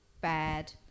bad